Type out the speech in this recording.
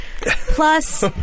Plus